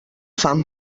fan